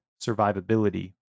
survivability